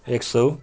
एक सौ